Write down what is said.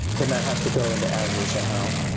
then that has to go into azure somehow.